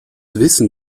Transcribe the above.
wissen